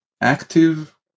active